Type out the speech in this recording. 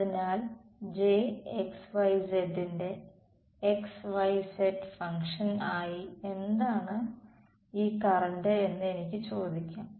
അതിനാൽ ന്റെ xyz function ആയി എന്താണ് ഈ കറന്റ് എന്ന് എനിക്ക് ചോദിക്കാം